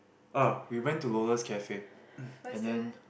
oh we went to Lola's-Cafe and then